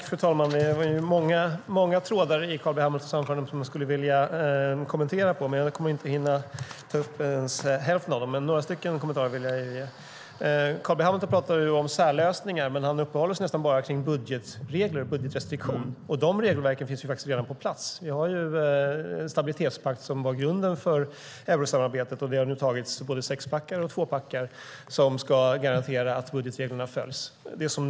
Fru talman! Det var många trådar i Carl B Hamiltons anförande som jag skulle vilja kommentera. Jag hinner dock inte ta upp ens hälften av dem, men några kommentarer vill jag ge. Carl B Hamilton talar om särlösningar, men han uppehåller sig nästan bara vid budgetregler och budgetrestriktioner. De regelverken finns redan på plats. Vi har stabilitetspakten, som ju är grunden för eurosamarbetet, och det har antagits både sexpackar och tvåpackar som ska garantera att budgetreglerna följs.